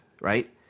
right